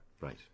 Right